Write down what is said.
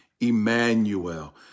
Emmanuel